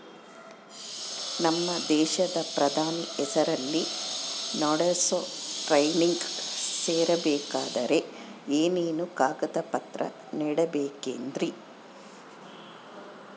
ನಮ್ಮ ದೇಶದ ಪ್ರಧಾನಿ ಹೆಸರಲ್ಲಿ ನಡೆಸೋ ಟ್ರೈನಿಂಗ್ ಸೇರಬೇಕಂದರೆ ಏನೇನು ಕಾಗದ ಪತ್ರ ನೇಡಬೇಕ್ರಿ?